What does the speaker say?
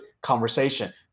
conversation